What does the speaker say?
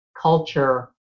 culture